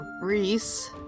Reese